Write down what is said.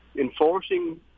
Enforcing